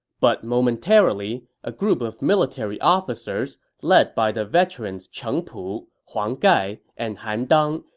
but momentarily, a group of military officers, led by the veterans cheng pu, huang gai, and han dang,